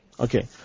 Okay